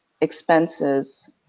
expenses